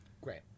Great